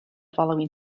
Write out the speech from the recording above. following